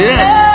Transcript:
Yes